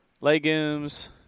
legumes